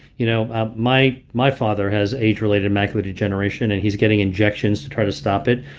you know ah my my father has age-related macular degeneration and he's getting injections to try to stop it.